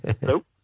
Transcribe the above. Nope